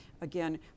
again